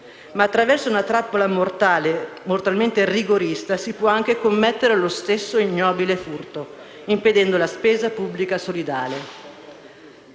Ma attraverso una trappola mortalmente rigorista si può anche commettere lo stesso ignobile furto, impedendo la spesa pubblica solidale.